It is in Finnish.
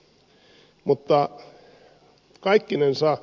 mutta kaikkinensa